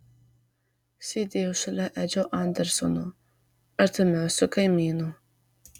sėdėjau šalia edžio andersono artimiausio kaimyno